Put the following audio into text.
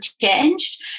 changed